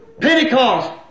Pentecost